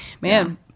Man